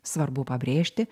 svarbu pabrėžti